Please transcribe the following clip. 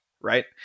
Right